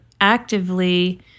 actively